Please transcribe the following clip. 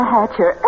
Hatcher